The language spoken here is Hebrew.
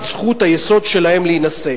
את זכות היסוד שלהם להינשא.